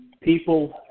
people